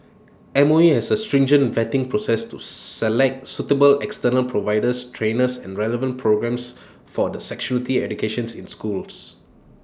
M O E has A stringent vetting process to select suitable external providers trainers and relevant programmes for the sexuality educations in schools